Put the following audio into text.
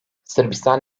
sırbistan